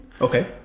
Okay